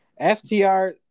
FTR